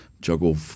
juggle